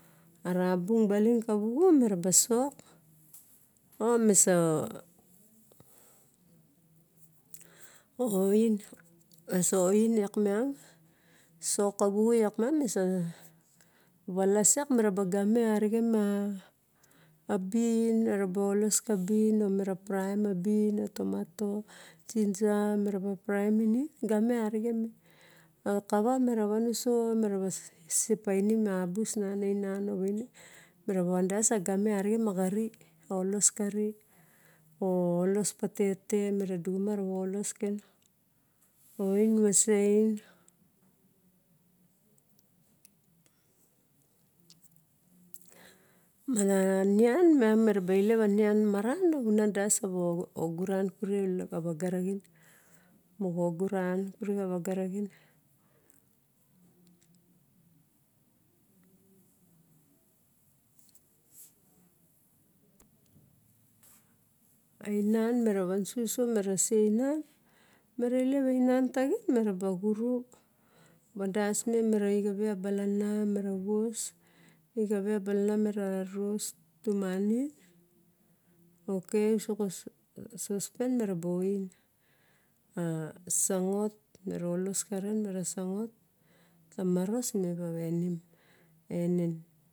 Ana bung baling kuixu miraba sox oing esa omo yak miang soka waxu lak miang walas iang miang miraba game arixin ma bin eraba olos kabin me raba praem a bin a tomato ginger meraba praem minin game arixen me. O kawa mero van uso se pamim a bus nan ainan avaine meraba van das agame arixen ma xaris o olos patete or meraba duxuma ra va olos ken. Oing masain mana nian miang miraba ilep miang ana nlan maran ra va unan das sawa oguran kure xa vaga naxin. Moxoguran keire xa vaga raein. Ainan mara wan su uso mara se ainan mera ilep ainan taxin, mera ba xuru vaelos me, meraixive a balane mara unos, exev a balane mera res tumanim ok uso xa sospen maraba iong sangot mera olos karen mera sangot tamaros merua enen.